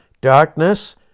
Darkness